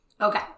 okay